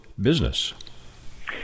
business